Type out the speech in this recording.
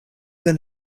than